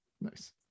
nice